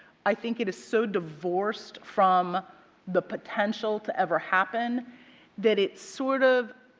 i think it is so divorced from the potential to ever happen that it sort of